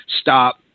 stop